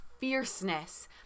fierceness